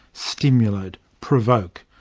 stimulate, provoke.